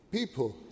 People